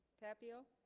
tapio